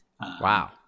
wow